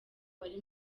bari